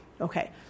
Okay